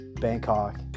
Bangkok